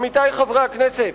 עמיתי חברי הכנסת,